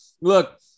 Look